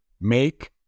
Make